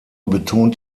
betont